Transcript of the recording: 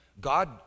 God